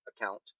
account